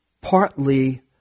partly